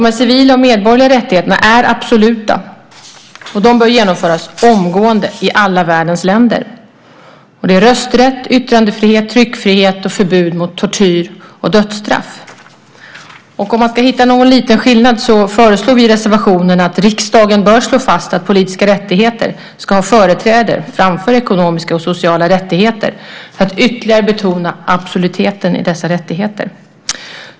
De civila och medborgerliga rättigheterna är absoluta, och de bör genomföras omgående i alla världens länder. Det är rösträtt, yttrandefrihet, tryckfrihet och förbud mot tortyr och dödsstraff. Om man ska hitta någon liten skillnad är det att vi i reservationen föreslår att riksdagen bör slå fast att politiska rättigheter ska ha företräde framför ekonomiska och sociala rättigheter, för att ytterligare betona absolutheten i dessa rättigheter.